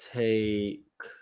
take